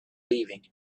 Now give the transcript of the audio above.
leaving